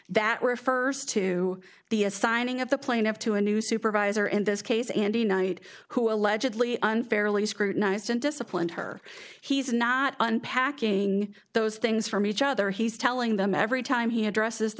that refers to the assigning of the plane up to a new supervisor in this case and the knight who allegedly unfairly scrutinized and disciplined her he's not unpacking those things from each other he's telling them every time he addresses the